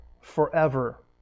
forever